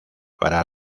para